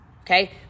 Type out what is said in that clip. Okay